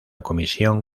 comisión